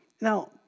now